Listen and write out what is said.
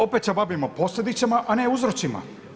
Opet se bavimo posljedicama, a ne uzrocima.